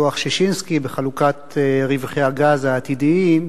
בדוח-ששינסקי ובחלוקת רווחי הגז העתידיים.